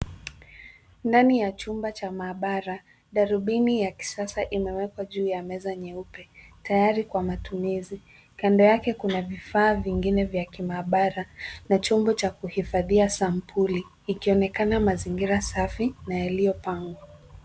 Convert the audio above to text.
Ndani ya chumba cha maabara darubini ya kisasa imewekwa juu ya meza nyeupe tayari kwa matumizi. Kando yake kuna vifaa vingine vya kimaabara na chombo cha kuhifadhia sampuli ikionekana mazingira safi na yaliyopangwa.